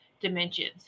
dimensions